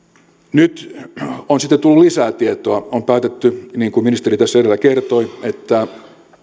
nyt on sitten tullut lisää tietoa on päätetty niin kuin ministeri edellä kertoi että